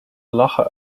lachen